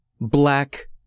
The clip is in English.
black